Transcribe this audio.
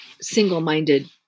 single-minded